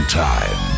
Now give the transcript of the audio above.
time